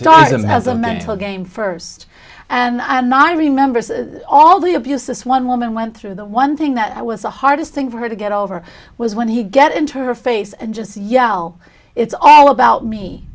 stardom has a mental game first and i'm not i remember all the abuse this one woman went through the one thing that was the hardest thing for her to get over was when he get into her face and just yell it's all about me